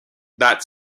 that